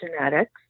genetics